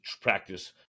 practice